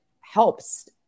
helps